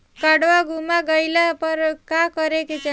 काडवा गुमा गइला पर का करेके चाहीं?